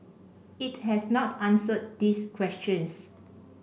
it has not answered these questions